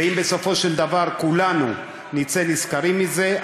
ואם בסופו של דבר כולנו נצא נשכרים מזה,